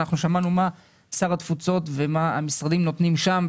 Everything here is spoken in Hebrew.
אנחנו שמענו מה שר התפוצות ומה המשרדים נותנים שם.